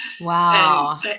Wow